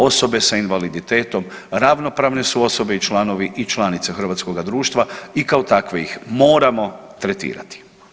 Osobe sa invaliditetom ravnopravne su osobe i članovi i članice hrvatskoga društva i kao takve ih moramo tretirati.